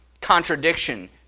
contradiction